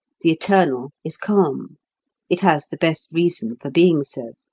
the eternal is calm it has the best reason for being so.